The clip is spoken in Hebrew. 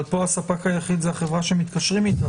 אבל פה הספק היחיד זו החברה שמתקשרים איתה,